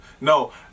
No